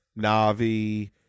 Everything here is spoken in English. Navi